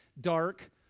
dark